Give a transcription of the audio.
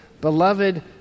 beloved